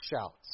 shouts